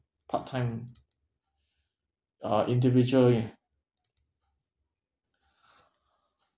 part time uh individual only